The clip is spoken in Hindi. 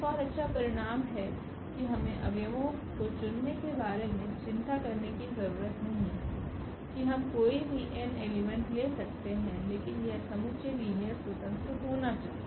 एक और अच्छा परिणाम है कि हमें अव्यवो को चुनने के बारे में चिंता करने की ज़रूरत नहीं है कि हम कोई भी n एलिमेंट ले सकते हैं लेकिन यह समुच्चय लीनियर स्वतंत्र होना चाहिए